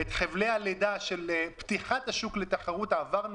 את חבלי הלידה של פתיחת השוק לתחרות עברנו,